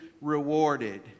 rewarded